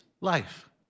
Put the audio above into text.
life